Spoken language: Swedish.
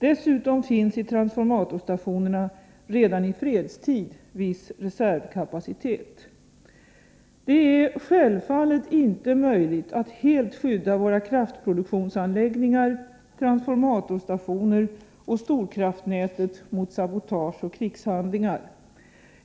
Dessutom finns i transformatorstationerna redan i fredstid viss reservkapacitet. Det är självfallet inte möjligt att helt skydda våra kraftproduktionsanläggningar, transformatorstationer och storkraftnät mot sabotage och krigshåndlingar.